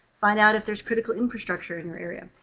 find out if there's critical infrastructure in your area.